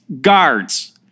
guards